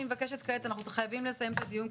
אנחנו חייבים לסיים את הדיון,